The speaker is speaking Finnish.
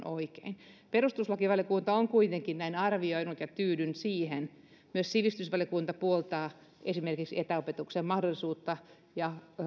oikein perustuslakivaliokunta on kuitenkin näin arvioinut ja tyydyn siihen myös sivistysvaliokunta puoltaa esimerkiksi etäopetuksen mahdollisuutta ja